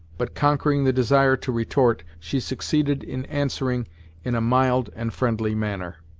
but conquering the desire to retort, she succeeded in answering in a mild and friendly manner.